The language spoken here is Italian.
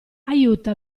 aiuta